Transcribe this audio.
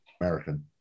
American